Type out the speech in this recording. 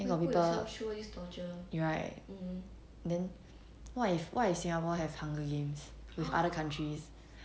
then got people right then what if what if singapore have hunger games with other countries